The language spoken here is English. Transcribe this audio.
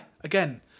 again